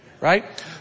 Right